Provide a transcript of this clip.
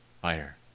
fire